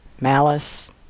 malice